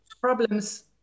problems